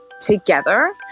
together